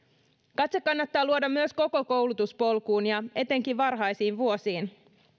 katse kannattaa luoda myös koko koulutuspolkuun ja etenkin varhaisiin vuosiin